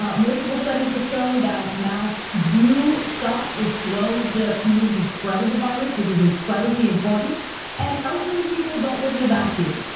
um multiple studies have shown that masks do stop or slow the community spread of the virus which is incredibly important and elderly people don't live in a vacuum.